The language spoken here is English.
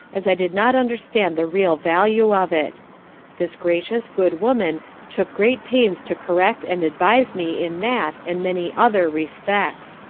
as i did not understand the real value of it this gracious, good woman took great pains to correct and advise me in that and many other respects.